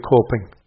coping